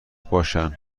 باشن